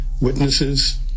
witnesses